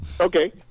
Okay